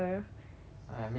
!aiya! maybe next year lah